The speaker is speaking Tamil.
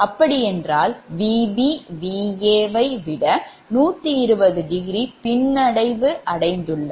அப்படியென்றால் Vb Va வை விட 120° பின்னடைவு அடைந்துள்ளது